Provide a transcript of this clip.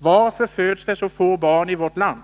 Varför föds det så få barn i vårt land?